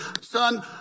son